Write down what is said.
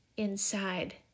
Inside